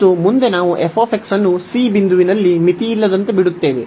ಮತ್ತು ಮುಂದೆ ನಾವು f ಅನ್ನು c ಬಿಂದುವಿನಲ್ಲಿ ಮಿತಿಯಿಲ್ಲದಂತೆ ಬಿಡುತ್ತೇವೆ